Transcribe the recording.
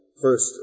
first